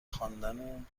خواندن